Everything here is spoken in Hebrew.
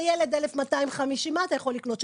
לילד 1,250. מה אתה יכול לקנות?